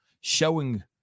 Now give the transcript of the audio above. showing